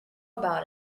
about